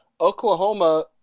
Oklahoma